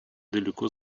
далеко